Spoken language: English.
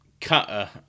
cutter